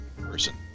person